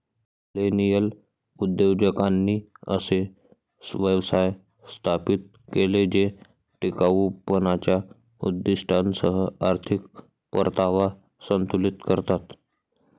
millennial उद्योजकांनी असे व्यवसाय स्थापित केले जे टिकाऊपणाच्या उद्दीष्टांसह आर्थिक परतावा संतुलित करतात